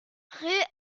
rue